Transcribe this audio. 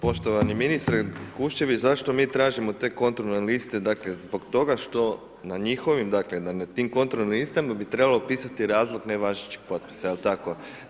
Poštovani ministre Kuščević, zašto mi tražimo te kontrolne liste, dakle, zbog toga što, da na njihovim, na tim kontrolnim listama, bi trebalo pisati razlog nevažećih potpisa, jel tako.